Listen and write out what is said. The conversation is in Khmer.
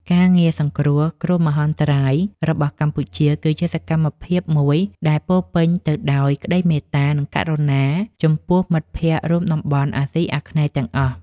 ការងារសង្គ្រោះគ្រោះមហន្តរាយរបស់កម្ពុជា គឺជាសកម្មភាពមួយដែលពោរពេញទៅដោយក្តីមេត្តា និងករុណា ចំពោះមិត្តភក្តិរួមតំបន់អាស៊ីអាគ្នេយ៍ទាំងអស់។